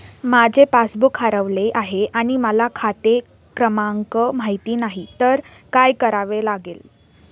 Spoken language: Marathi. माझे पासबूक हरवले आहे आणि मला खाते क्रमांक माहित नाही तर काय करावे लागेल?